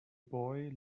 boy